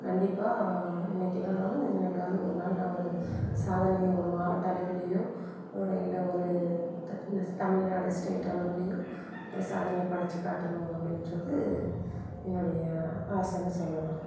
கண்டிப்பாக இன்றைக்கி இல்லைனாலும் என்னைக்காவது ஒரு நாள் நான் ஒரு சாதனையை ஒரு மாவட்ட அளவிலோயோ இல்லை ஒரு த ந தமிழ்நாடு ஸ்டேட் அளவுலேயோ ஒரு சாதனையை படைச்சி காட்டணும் அப்படின்றது என்னுடைய ஆசைன்னு சொல்லலாம்